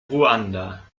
ruanda